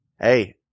Hey